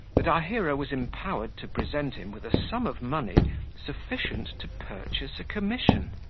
that our hero was empowered to present him with a sum of money sufficient to purchase a commission.